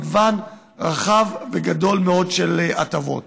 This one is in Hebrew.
מגוון רחב וגדול מאוד של הטבות.